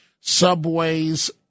subways